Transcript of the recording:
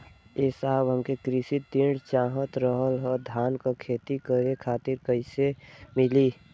ए साहब हमके कृषि ऋण चाहत रहल ह धान क खेती करे खातिर कईसे मीली?